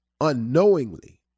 unknowingly